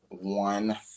One